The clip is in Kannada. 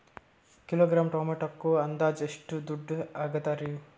ಕಿಲೋಗ್ರಾಂ ಟೊಮೆಟೊಕ್ಕ ಅಂದಾಜ್ ಎಷ್ಟ ದುಡ್ಡ ಅಗತವರಿ?